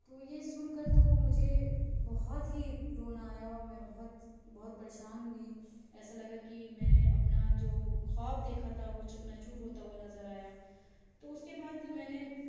تو یہ سن کر تو مجھے بہت ہی رونا آیا اور میں بہت بہت پریشان ہوئی ایسا لگا کہ میں نے اپنا جو خواب دیکھا تھا وہ چکنا چور ہوتا ہوا نظر آیا تو اس کے بعد میں نے